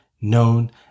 known